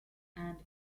and